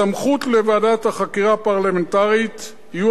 סמכויות ועדת החקירה הפרלמנטרית יהיו